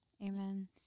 Amen